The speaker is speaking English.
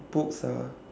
books ah